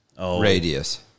radius